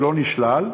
ולא נשלל,